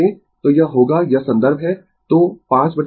तो यह होगा यह संदर्भ है तो 5√ 2